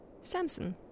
Samson